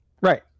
Right